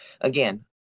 again